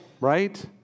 right